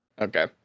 Okay